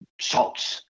salts